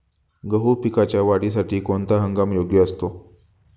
गहू पिकाच्या वाढीसाठी कोणता हंगाम योग्य असतो?